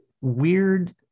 weird